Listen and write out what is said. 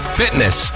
fitness